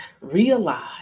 realize